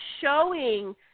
showing